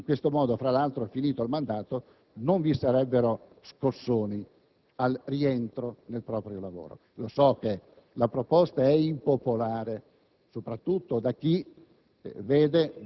professionale e personale. In questo modo, tra l'altro, terminato il mandato non vi sarebbero scossoni al rientro nel proprio lavoro. So che la proposta è impopolare,